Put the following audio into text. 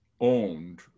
owned